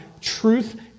Truth